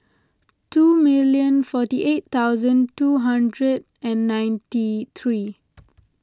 two minute forty eight thousand two hundred and ninety three